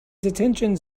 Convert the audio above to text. detention